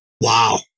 Wow